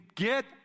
Get